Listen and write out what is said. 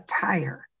tire